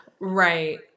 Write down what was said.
Right